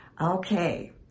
Okay